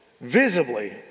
visibly